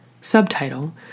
Subtitle